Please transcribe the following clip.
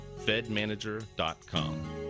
FedManager.com